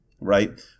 Right